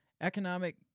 economic